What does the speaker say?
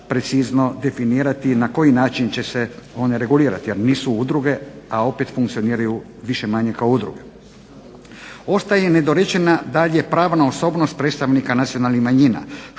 precizno definirati na koji način će se one regulirati. Jer nisu udruge a opet funkcioniraju manje-više kao udruge. Ostaje nedorečena pravna osobnost predstavnika nacionalnih manjina